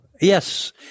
Yes